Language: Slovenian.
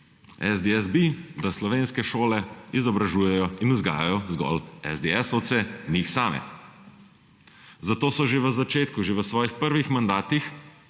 SDS bi, da slovenske šole izobražujejo in vzgajajo zgolj esdeesovce, njih same. Zato so že v začetku, že v svojih prvih mandatih